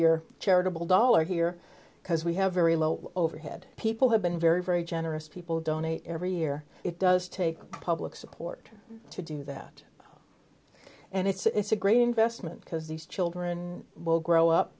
your charitable dollar here because we have very low overhead people have been very very generous people donate every year it does take public support to do that and it's a great investment because these children will grow up